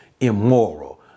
immoral